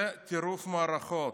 זה טירוף מערכות.